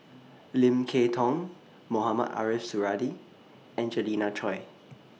Lim Kay Tong Mohamed Ariff Suradi and Angelina Choy